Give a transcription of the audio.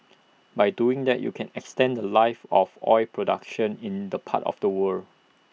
by doing that you can extend The Life of oil production in the part of the world